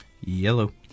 Yellow